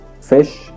fish